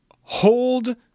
hold